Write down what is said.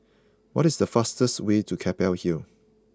what is the fastest way to Keppel Hill